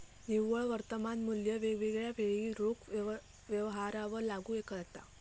निव्वळ वर्तमान मुल्य वेगवेगळ्या वेळी रोख व्यवहारांवर लागू केला जाता